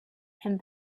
and